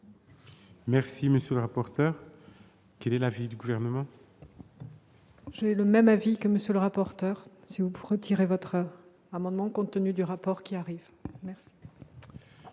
Merci, monsieur le rapporteur, quel est l'avis du gouvernement. J'ai le même avis que monsieur le rapporteur si vous retirez votre amendement, compte tenu du rapport qui arrive, merci.